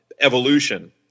Evolution